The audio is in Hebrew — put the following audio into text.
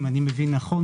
אם אני מבין נכון,